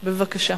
בבקשה.